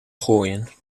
gooien